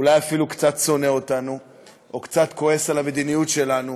אולי אפילו קצת שונא אותנו או קצת כועס על המדיניות שלנו,